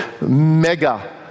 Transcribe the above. mega